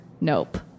Nope